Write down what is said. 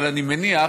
אבל אני מניח